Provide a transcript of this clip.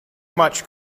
much